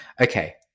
Okay